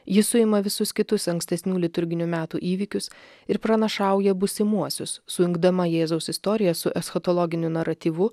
ji suima visus kitus ankstesnių liturginių metų įvykius ir pranašauja būsimuosius sujungdama jėzaus istoriją su eschatologiniu naratyvu